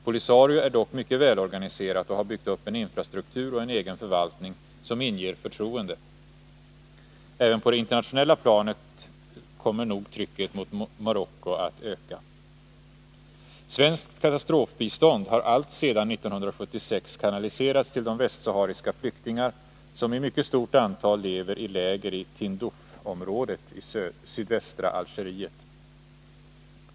Polisario är dock mycket välorganiserat och har byggt upp en infrastruktur och en egen förvaltning som inger förtroende. Även på det internationella planet torde trycket mot Marocko komma att öka. Svenskt katastrofbistånd har alltsedan 1976 kanaliserats till de västsahariska flyktingar som i mycket stort antal lever i läger i Tindoufområdet i sydvästra Algeriet.